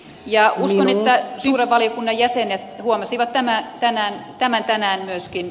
uskon että suuren valiokunnan jäsenet huomasivat tämän tänään myöskin